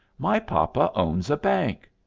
my papa owns a bank.